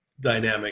dynamic